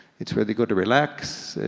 it's where they go to relax.